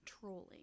trolling